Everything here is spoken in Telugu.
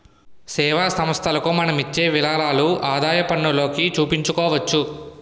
సేవా సంస్థలకు మనం ఇచ్చే విరాళాలు ఆదాయపన్నులోకి చూపించుకోవచ్చు